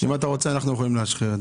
אם אתה רוצה, אנחנו יכולים להשחיר.